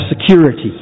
security